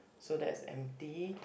so that's empty